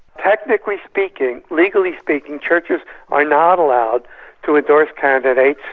technically speaking, legally speaking, churches are not allowed to endorse candidates,